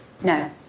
No